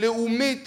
לאומית